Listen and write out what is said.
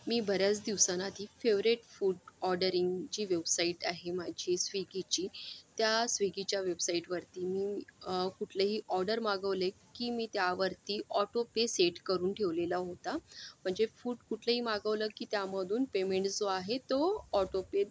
मी बऱ्याच दिवसांआधी favourite food ऑर्डरिंगची वेबसाईट आहे माझी स्विगीची त्या स्विगीच्या वेबसाईटवरती मी कुठलेही ऑर्डर मागवले की मी त्यावरती ऑटोपे सेट करून ठेवलेला होता म्हणजे फूड कुठलंही मागवलं की त्यामधून पेमेंट जो आहे तो ऑटोपे